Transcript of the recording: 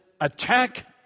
attack